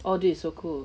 oh this is so cool